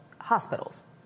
hospitals